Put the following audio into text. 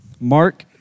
Mark